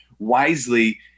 wisely